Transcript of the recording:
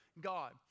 God